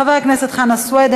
חבר הכנסת מוחמד ברכה,